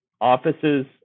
offices